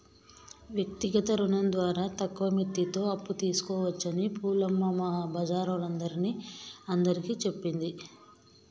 వ్యక్తిగత రుణం ద్వారా తక్కువ మిత్తితో అప్పు తీసుకోవచ్చని పూలమ్మ మా బజారోల్లందరిని అందరికీ చెప్పింది